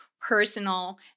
personal